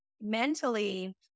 mentally